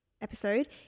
episode